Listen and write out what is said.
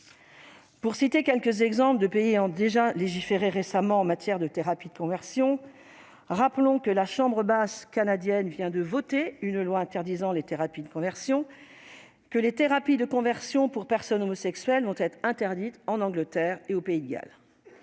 sexuelles. Plusieurs pays ont légiféré récemment en matière de thérapies de conversion. La chambre basse canadienne vient ainsi de voter une loi interdisant les thérapies de conversion. De même, les thérapies de conversion pour personnes homosexuelles vont être interdites en Angleterre et au Pays de Galles.